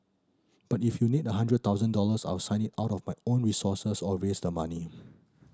but if you need a hundred thousand dollars I'll sign it out of my own resources or raise the money